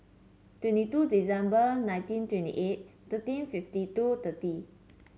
twenty two December nineteen twenty eight thirteen fifty two thirty